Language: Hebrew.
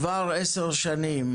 כבר עשר שנים